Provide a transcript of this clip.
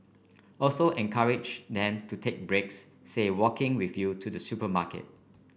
also encourage them to take breaks say walking with you to the supermarket